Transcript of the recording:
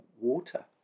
water